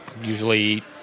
usually